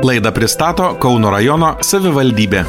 laidą pristato kauno rajono savivaldybė